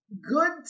good